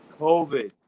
COVID